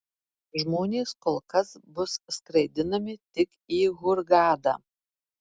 žmonės kol kas bus skraidinami tik į hurgadą